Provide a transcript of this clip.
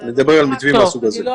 אני מדבר על מתווים מהסוג הזה.